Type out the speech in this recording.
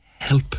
help